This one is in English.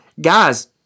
guys